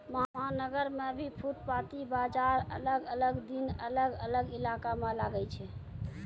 महानगर मॅ भी फुटपाती बाजार अलग अलग दिन अलग अलग इलाका मॅ लागै छै